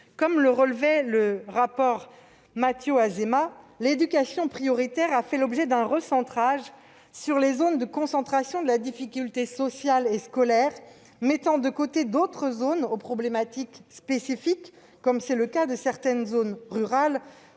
Comme le relevait le rapport Mathiot-Azéma, l'éducation prioritaire a fait l'objet d'un recentrage sur les zones de concentration de la difficulté sociale et scolaire, qui met de côté d'autres zones aux problématiques spécifiques, comme c'est le cas de certaines zones rurales